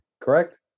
Correct